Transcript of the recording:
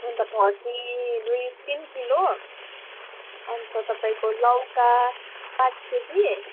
अन्त फर्सी दुई तिन किलो अन्त तपाईँको लौका पाँच केजी